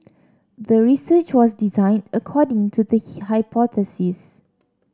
the research was designed according to the hypothesis